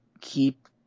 keep